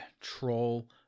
troll